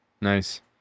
nice